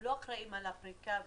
הם לא אחראים על הפריקה והטעינה.